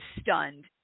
stunned